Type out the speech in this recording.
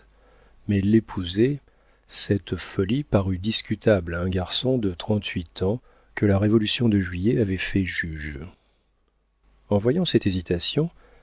mais l'épouser cette folie parut discutable à un garçon de trente-huit ans que la révolution de juillet avait fait juge en voyant cette hésitation